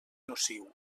nociu